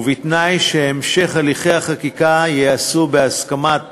ובתנאי שהמשך הליכי החקיקה ייעשה בהסכמת